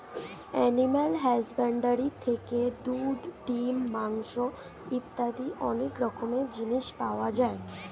animal husbandry থেকে দুধ, ডিম, মাংস ইত্যাদি অনেক রকমের জিনিস পাওয়া যায়